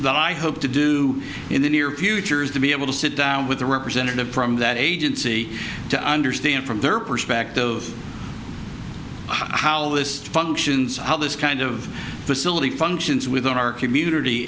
that i hope to do in the near future is to be able to sit down with the representative from that agency to us stand from their perspective of how this functions how this kind of facility functions within our community